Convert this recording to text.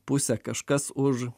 pusę kažkas už